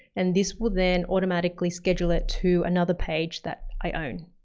and this will then automatically schedule it to another page that i own.